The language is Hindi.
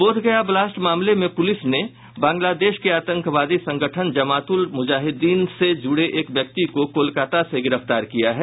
बोधगया ब्लास्ट मामले में पुलिस ने बांग्लादेश के आतंकवादी संगठन जमातुल मुजाहिदीन से जुड़े एक व्यक्ति को कोलकाता से गिरफ्तार किया है